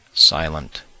Silent